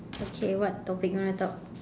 okay what topic you want to talk